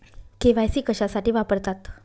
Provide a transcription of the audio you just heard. KYC कशासाठी वापरतात?